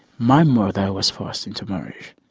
my mother was forced into marriage